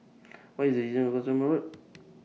What IS The distance to Cottesmore Road